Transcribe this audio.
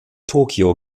tokio